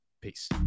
Peace